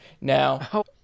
Now